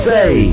Say